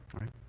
right